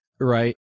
right